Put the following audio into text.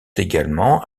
également